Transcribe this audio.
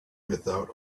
without